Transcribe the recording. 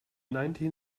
nineteen